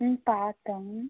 ம் பாத்தேன்